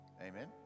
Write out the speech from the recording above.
Amen